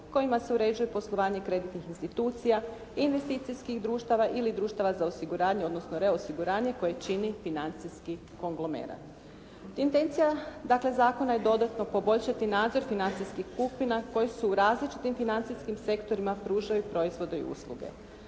kojima se uređuje poslovanje kreditnih institucija, investicijskih društava ili društava za osiguranje, odnosno za reosiguranje koje čini financijski konglomerat. Intencija dakle zakona je dodatno poboljšati nadzor financijskih skupina koji su u različitim financijskim sektorima pružaju proizvode i usluge.